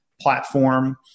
platform